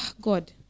God